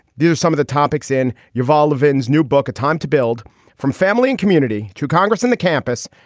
there are some of the topics in your ah levine's new book, a time to build from family and community to congress and the campus.